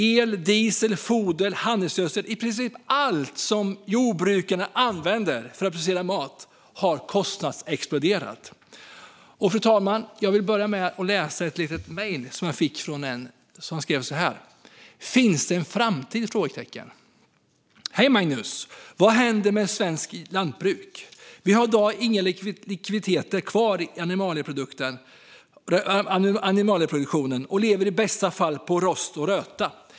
El, diesel, foder, handelsgödsel - i princip allt som jordbrukarna använder för att producera mat har kostnadsexploderat. Fru talman! Jag vill läsa ett mejl som jag har fått. Det börjar: Finns det en framtid? Hej Magnus! Vad kommer att hända med svenskt lantbruk? Vi har i dag ingen likviditet kvar i animalieproduktionen och lever i bästa fall på rost och röta.